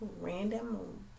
random